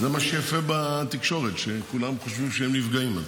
זה מה שיפה בתקשורת, שכולם חושבים שהם נפגעים.